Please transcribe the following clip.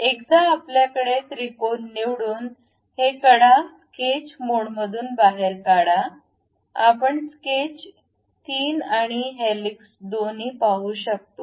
एकदा आपल्याकडे त्रिकोण निवडून हे कडा स्केच मोडमधून बाहेर काढा आपण स्केच 3 आणि हेलिक्स दोन्ही पाहू शकतो